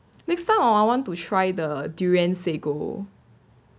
next time hor I want to try the durian sago